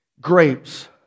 Grapes